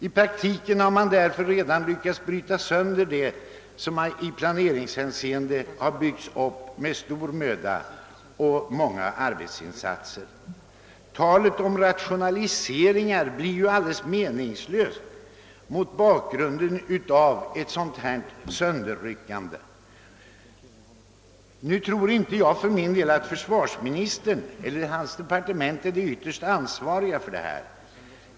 Därmed har man lyckats bryta sönder det som i planeringshänseende har byggts upp med stor möda och många arbetsinsatser. Talet om rationaliseringar blir alldeles meningslöst mot bakgrunden av ett sådant sönderbrytande. För min del tror jag inte att försvarsministern eller hans departement ytterst är ansvariga för detta.